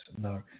no